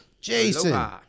Jason